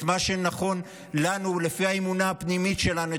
את מה שנכון לנו לפי האמונה הפנימית שלנו,